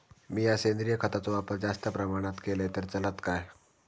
मीया सेंद्रिय खताचो वापर जास्त प्रमाणात केलय तर चलात काय?